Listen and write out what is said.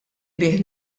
bih